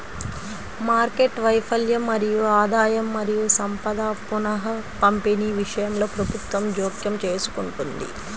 market వైఫల్యం మరియు ఆదాయం మరియు సంపద పునఃపంపిణీ విషయంలో ప్రభుత్వం జోక్యం చేసుకుంటుంది